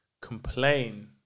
complain